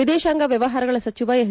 ವಿದೇಶಾಂಗ ವ್ಯವಹಾರಗಳ ಸಚಿವ ಎಸ್